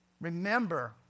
Remember